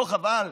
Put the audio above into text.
לא חבל?